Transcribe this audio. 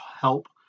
help